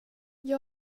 jag